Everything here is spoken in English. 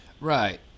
Right